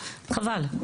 חבל.